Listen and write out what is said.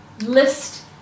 list